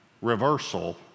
reversal